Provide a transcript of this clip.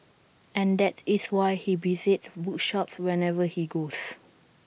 and that is why he visits bookshops wherever he goes